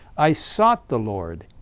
i sought the lord,